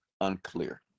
unclear